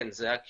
כן, זה הכיוון.